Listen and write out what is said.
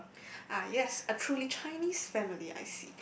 ah yes a truly Chinese family I see